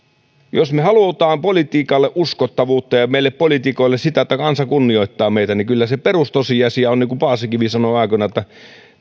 jos halutaan politiikalle uskottavuutta ja meille poliitikoille sitä että kansa kunnioittaa meitä niin kyllä se perustosiasia on niin kuin paasikivi sanoi aikoinaan että